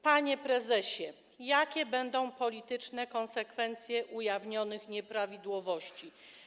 Panie prezesie, jakie będą polityczne konsekwencje ujawnionych nieprawidłowości?